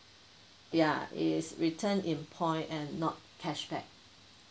ya is return in point and not cashback